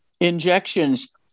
injections